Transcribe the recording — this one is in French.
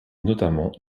notamment